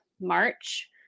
March